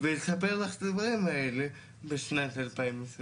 ולספר לך את הדברים האלה בשנת 2021?